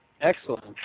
Excellent